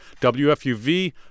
WFUV